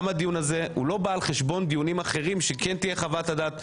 גם הדיון הזה הוא לא בא על חשבון דיונים אחרים שכן תהיה חוות הדעת.